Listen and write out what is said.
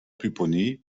pupponi